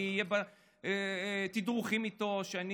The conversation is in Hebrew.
שאני